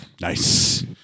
Nice